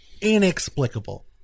inexplicable